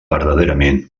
verdaderament